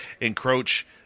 encroach